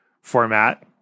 format